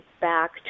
back